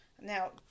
Now